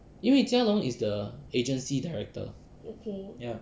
因为 jia long is the agency director ya